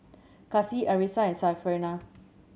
Kasih Arissa and Syarafina